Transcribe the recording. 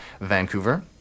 Vancouver